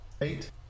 eight